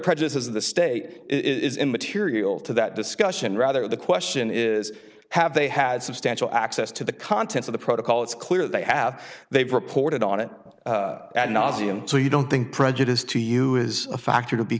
prejudices the state is immaterial to that discussion rather the question is have they had substantial access to the content of the protocol it's clear they have they've reported on it ad nauseum so you don't think prejudice to you is a factor to be